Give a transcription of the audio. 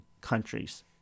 countries